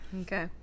Okay